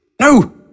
No